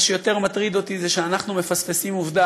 מה שיותר מטריד אותי זה שאנחנו מפספסים עובדה